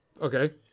Okay